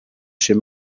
chez